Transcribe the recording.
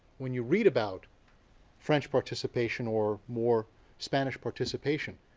when you read about french participation, or more spanish participation,